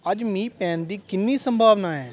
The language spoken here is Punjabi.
ਅੱਜ ਮੀਂਹ ਪੈਣ ਦੀ ਕਿੰਨੀ ਸੰਭਾਵਨਾ ਹੈ